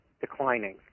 declining